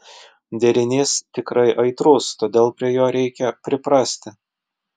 derinys tikrai aitrus todėl prie jo reikia priprasti